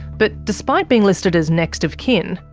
but despite being listed as next of kin,